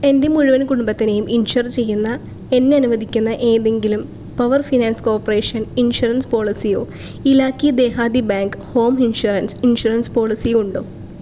എൻ്റെ മുഴുവൻ കുടുംബത്തിനെയും ഇൻഷുർ ചെയ്യുന്ന എന്നെ അനുവദിക്കുന്ന ഏതെങ്കിലും പവർ ഫിനാൻസ് കോർപ്പറേഷൻ ഇൻഷുറൻസ് പോളിസിയോ Ilaqai Dehati bank home insurance insurance പോളിസിയോ ഉണ്ടോ